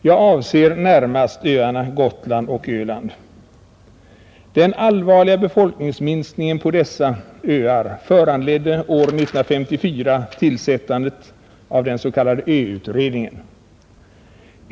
Jag avser närmast öarna Gotland och Öland. Den allvarliga befolkningsminskningen på dessa öar föranledde år 1954 tillsättandet av den s.k. ö-utredningen.